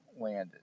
landed